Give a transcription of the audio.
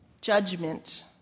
judgment